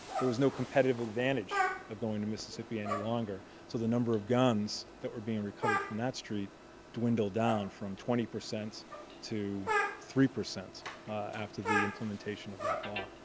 there was no competitive advantage of going to mississippi any longer. so the number of guns that were being recovered from that street dwindled down from twenty percent to three percent after the implementation of that law.